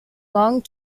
long